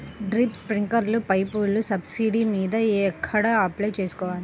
Drip, స్ప్రింకర్లు పైపులు subsidy మీద ఎక్కడ అప్లై చేసుకోవాలి?